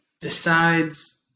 decides